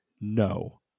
no